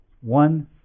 One